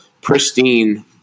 pristine